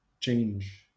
change